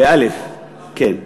כן,